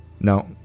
No